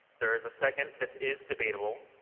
there is a second. this is debatable.